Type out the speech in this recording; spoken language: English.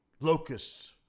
locusts